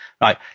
right